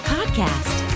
Podcast